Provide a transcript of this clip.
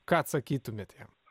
ką atsakytumėt jam